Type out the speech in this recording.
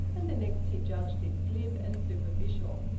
and the next he judged it glib and superficial.